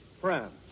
France